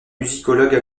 musicologue